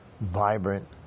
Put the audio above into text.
vibrant